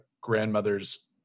grandmother's